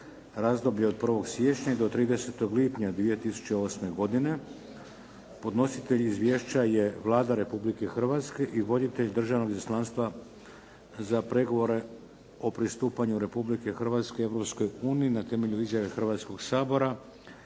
(razdoblje od 1. siječnja do 30. lipnja 2008. godine) Podnositelj izvješća je Vlada Republike Hrvatske i voditelj državnog izaslanstva za pregovore o pristupanju Republike Hrvatske Europskoj uniji na temelju izjave Hrvatskog sabora